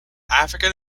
african